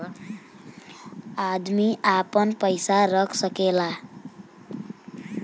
अदमी आपन पइसा रख सकेला